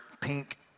pink